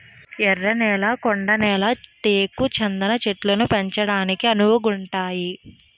ఎర్ర నేళ్లు కొండ నేళ్లు టేకు చందనం చెట్లను పెంచడానికి అనువుగుంతాయి